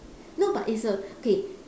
no but it's a okay